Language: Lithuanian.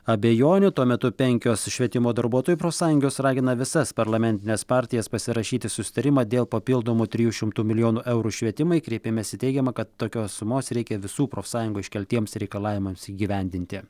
abejonių tuo metu penkios švietimo darbuotojų profsąjungos ragina visas parlamentines partijas pasirašyti susitarimą dėl papildomų trijų šimtų milijonų eurų švietimui kreipimesi teigiama kad tokios sumos reikia visų profsąjungų iškeltiems reikalavimams įgyvendinti